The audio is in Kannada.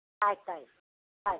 ಆಯ್ತು ಆಯ್ತು ಆಯ್ತು